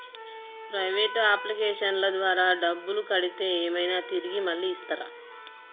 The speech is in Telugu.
ప్రైవేట్ అప్లికేషన్ల ద్వారా డబ్బులు కడితే ఏమైనా తిరిగి మళ్ళీ ఇస్తరా?